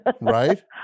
Right